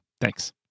thanks